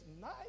nice